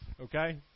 okay